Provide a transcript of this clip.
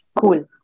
cool